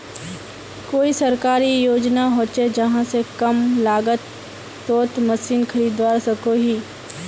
कोई सरकारी योजना होचे जहा से कम लागत तोत मशीन खरीदवार सकोहो ही?